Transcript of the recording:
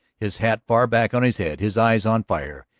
his hat far back on his head, his eyes on fire,